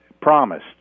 promised